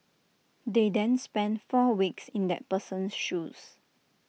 they then spend four weeks in that person's shoes